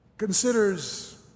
considers